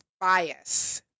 bias